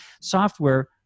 software